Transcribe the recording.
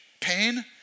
Pain